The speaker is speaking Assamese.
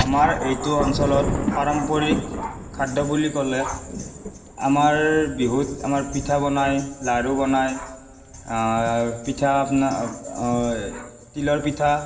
আমাৰ এইটো অঞ্চলত পাৰম্পৰিক খাদ্য বুলি ক'লে আমাৰ বিহুত আমাৰ পিঠা বনায় লাড়ু বনায় পিঠা আপোনাৰ তিলৰ পিঠা